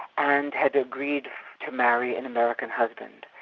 and had agreed to marry an american husband.